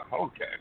okay